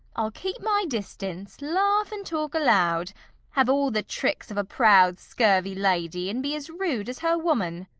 i'll keep my distance, laugh and talk aloud have all the tricks of a proud scurvy lady, and be as rude as her woman.